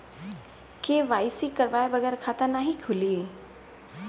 KYC करवाये बगैर खाता नाही खुली?